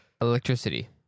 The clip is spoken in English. Electricity